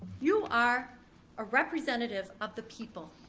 you are a representative of the people.